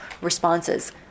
responses